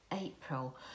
April